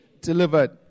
delivered